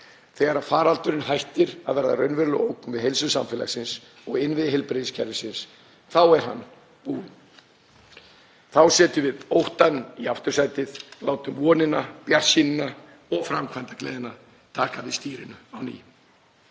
Þegar faraldurinn hættir að verða raunveruleg ógn við heilsu samfélagsins og innviði heilbrigðiskerfisins er hann búinn. Þá setjum við óttann í aftursætið og látum vonina, bjartsýnina og framkvæmdagleðina taka við stýrinu á ný.